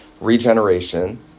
regeneration